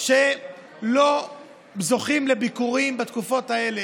שלא זוכים לביקורים בתקופות האלה.